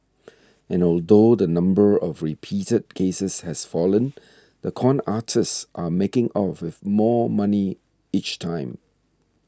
and although the number of reported cases has fallen the con artists are making off with more money each time